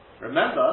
Remember